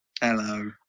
Hello